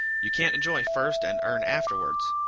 you can't enjoy first and earn afterwards.